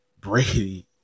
Brady